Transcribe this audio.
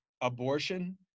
abortion